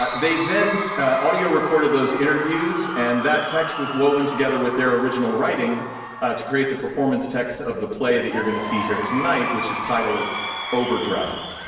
they then audio recorded those interviews and that text was woven together with their original writing to create the performance text of the play that you're gonna see here tonight which is titled overdrive.